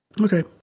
okay